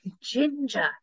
ginger